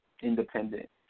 independent